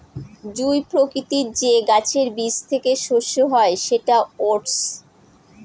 জুঁই প্রকৃতির যে গাছের বীজ থেকে শস্য হয় সেটা ওটস